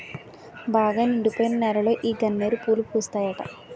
బాగా నిండిపోయిన నేలలో ఈ గన్నేరు పూలు పూస్తాయట